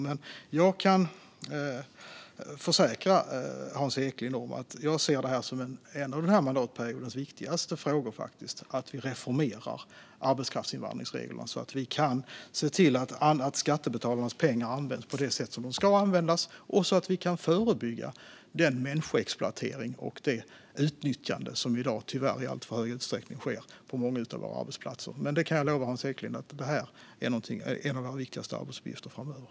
Men jag kan försäkra Hans Eklind om att jag ser det som en av den här mandatperiodens viktigaste arbetsuppgifter att reformera arbetskraftsinvandringsreglerna, så att skattebetalarnas pengar används på det sätt som de ska användas och så att vi kan förebygga den människoexploatering och det utnyttjande som i dag tyvärr i alltför stor utsträckning sker på många av våra arbetsplatser. Jag kan lova Hans Eklind att det här är en av de viktigaste arbetsuppgifterna framöver.